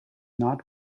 not